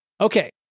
Okay